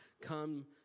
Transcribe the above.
come